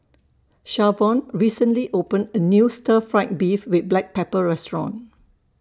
Shavon recently opened A New Stir Fried Beef with Black Pepper Restaurant